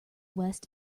west